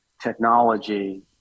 technology